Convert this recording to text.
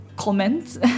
Comments